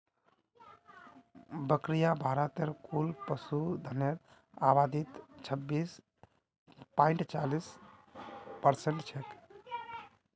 बकरियां भारतत कुल पशुधनेर आबादीत छब्बीस पॉइंट चालीस परसेंट छेक